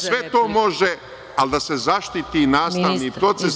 Sve to može, ali da se zaštiti nastavni proces.